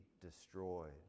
destroyed